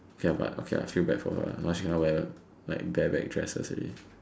ya but okay I feel bad for her now she cannot wear like bare back dresses already